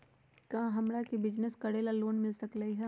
का हमरा के बिजनेस करेला लोन मिल सकलई ह?